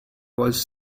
was